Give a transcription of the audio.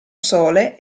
sole